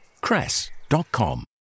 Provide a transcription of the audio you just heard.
cress.com